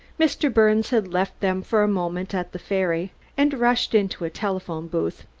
mr. birnes had left them for a moment at the ferry and rushed into a telephone booth.